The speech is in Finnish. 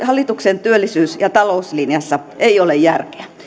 hallituksen työllisyys ja talouslinjassa ei ole järkeä